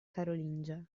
carolingia